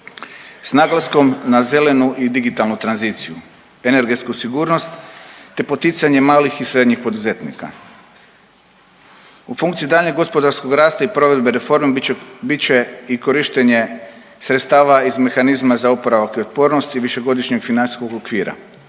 s naglaskom na zelenu i digitalnu tranziciju, energetsku sigurnost, te poticanje malih i srednjih poduzetnika. U funkciji daljnjeg gospodarskog rasta i provedbe reforme bit će, bit će i korištenje sredstava iz mehanizma za oporavak i otpornost i višegodišnjeg financijskog okvira,